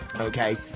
Okay